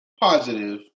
positive